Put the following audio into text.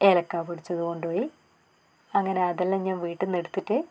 ഏലക്കാ പൊടിച്ചത് കൊണ്ടുപോയി അങ്ങനെ അതെല്ലാം ഞാൻ വീട്ടിൽ നിന്ന് എടുത്തിട്ട്